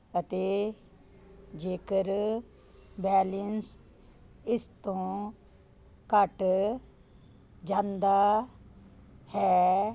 ਅਤੇ ਜੇਕਰ ਬੈਲੇਂਸ ਇਸ ਤੋਂ ਘੱਟ ਜਾਂਦਾ ਹੈ